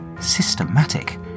systematic